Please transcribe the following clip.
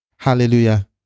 Hallelujah